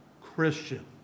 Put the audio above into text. Christian